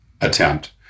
attempt